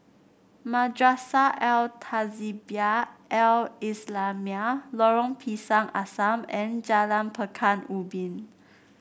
Madrasah Al Tahzibiah Al Islamiah Lorong Pisang Asam and Jalan Pekan Ubin